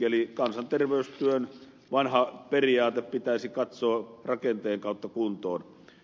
eli kansanterveystyön vanha periaate pitäisi katsoa rakenteen kautta kuntoon